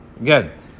Again